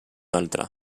altre